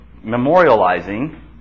memorializing